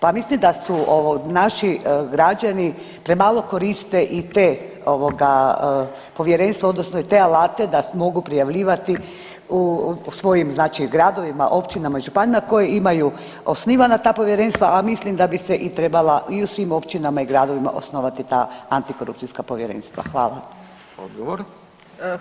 Pa mislim da su ovo naši građani premalo koriste i te ovoga povjerenstva odnosno i te alate da mogu prijavljivati u svojim znači gradovima, općinama i županijama koji imaju osnivana ta povjerenstva, a mislim da bi se i trebala i u svim općinama i gradovima osnovati ta antikorupcijska povjerenstva.